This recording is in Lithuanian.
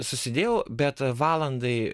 susidėjau bet valandai